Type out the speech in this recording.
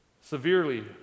severely